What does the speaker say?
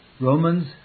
Romans